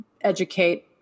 educate